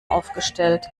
aufgestellt